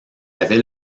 avait